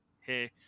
Hey